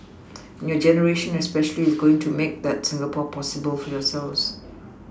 and your generation especially is going to make that Singapore possible for yourselves